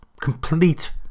Complete